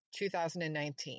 2019